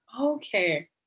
Okay